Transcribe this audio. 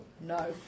No